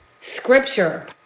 scripture